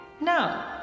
no